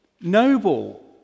noble